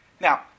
Now